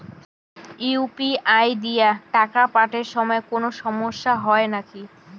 UPI দিয়া টাকা পাঠের সময় কোনো সমস্যা হয় নাকি?